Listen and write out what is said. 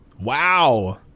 Wow